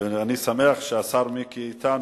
ואני שמח שהשר מיקי איתן,